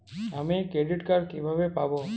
আমি credit card কিভাবে পাবো?